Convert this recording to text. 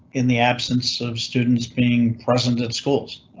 in the absence of students being present at schools,